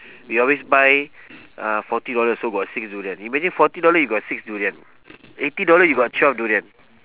we always buy uh forty dollar so about six durian imagine forty dollar you got six durian eighty dollar you got twelve durian